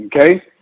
okay